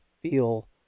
feel